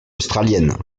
australiennes